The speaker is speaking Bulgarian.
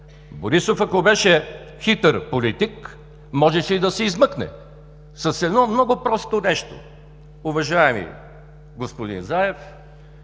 Борисов, ако беше хитър политик, можеше и да се измъкне с едно много просто нещо: уважаеми господин Заев,